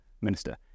minister